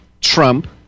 Trump